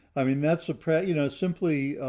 i mean, that's a prayer, you know, simply